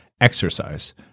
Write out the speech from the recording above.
exercise